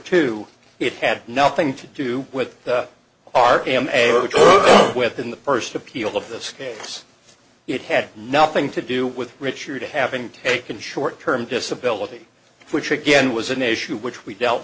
two it had nothing to do with r m a which is within the first appeal of this case it had nothing to do with richard having taken short term disability which again was an issue which we dealt